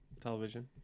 Television